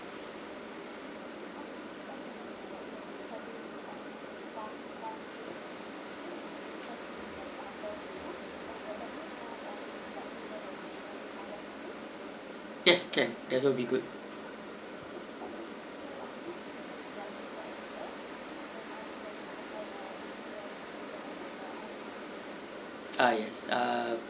yes can that will be good ah yes ah